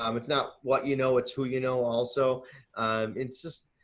um it's not what you know, it's who, you know, also it's just,